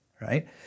right